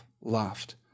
laughed